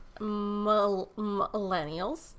millennials